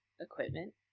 equipment